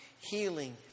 healing